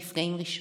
נפגעים ראשונים.